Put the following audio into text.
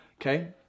Okay